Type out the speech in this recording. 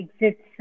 exits